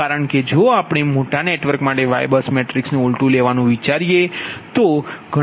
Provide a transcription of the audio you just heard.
કારણ કે જો આપણે મોટા નેટવર્ક માટે YBUS મેટ્રિક્સ નુ ઉલટુ લેવાનું વિચારી એ તો ગણતરીના આધારે તે શક્ય હોઇ શકે નહીં